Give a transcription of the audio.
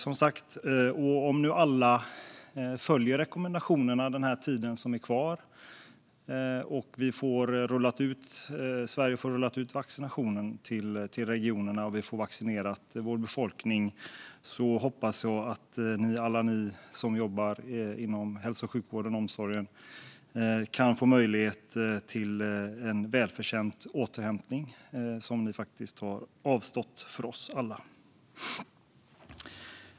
Om nu alla följer rekommendationerna den kommande tiden och Sverige får ut vaccin till regionerna och vår befolkning blir vaccinerad hoppas jag att alla ni som jobbar inom hälso och sjukvården och omsorgen kan få möjlighet till en välförtjänt återhämtning, som ni faktiskt har avstått för oss alla.